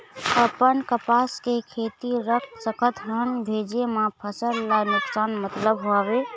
अपन कपास के खेती रख सकत हन भेजे मा फसल ला नुकसान मतलब हावे?